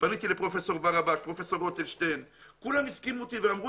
פניתי לפרופ' ברבש ולפרופ' רוטשטיין כולם הסכימו איתי ואמרו